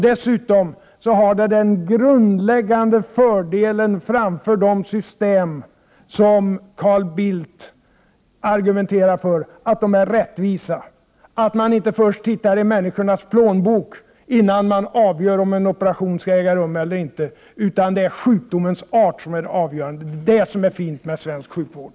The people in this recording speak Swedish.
Dessutom har det den grundläggande fördelen framför de system som Carl Bildt argumenterar för, att det är rättvist — att man inte först tittar i människornas plånböcker innan man avgör om en operation skall äga rum eller inte utan att sjukdomens art är det avgörande. Det är detta som är fint med svensk sjukvård!